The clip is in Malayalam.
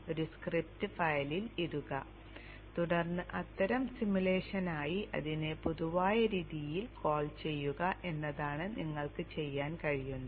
ഒരു സ്ക്രിപ്റ്റ് ഫയലിൽ ഇടുക തുടർന്ന് അത്തരം സിമുലേഷനായി അതിനെ പൊതുവായ രീതിയിൽ കോൾ ചെയ്യുക എന്നതാണ് നിങ്ങൾക്ക് ചെയ്യാൻ കഴിയുന്നത്